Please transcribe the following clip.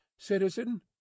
citizen